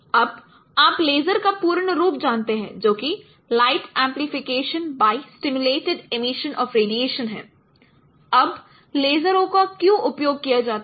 अब आप लेज़र का पूर्ण रूप जानते हैं जो कि light amplification by stimulated emission of radiation है अब लेज़रों का क्यों उपयोग किया जाता है